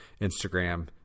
Instagram